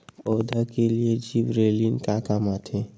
पौधा के लिए जिबरेलीन का काम आथे?